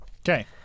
Okay